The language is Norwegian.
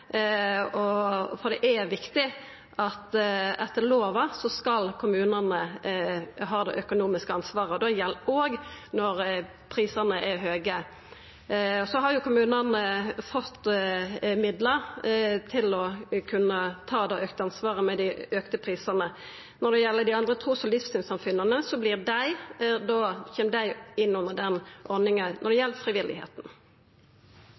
Det er viktig at etter lova skal kommunane ha det økonomiske ansvaret, og det gjeld òg når prisane er høge. Kommunane har fått midlar til å kunna ta det auka ansvaret med dei auka prisane. Når det gjeld dei andre trus- og livssynssamfunna, kjem dei inn under ordninga som gjeld frivilligheita. Då er den munnlege spørjetimen omme, og me går til den ordinære spørjetimen. Det